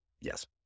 yes